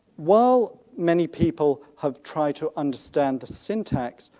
while many people have tried to understand the syntax,